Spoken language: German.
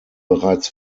bereits